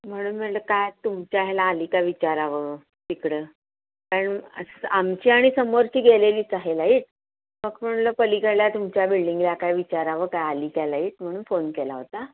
म्हणून म्हणलं काय तुमच्या ह्याला आली का विचारावं तिकडं कारण आमची आणि समोरची गेलेलीच आहे लाईट मग म्हणलं पलीकडल्या तुमच्या बिल्डिंगला काय विचारावं काय आली काय लाईट म्हणून फोन केला होता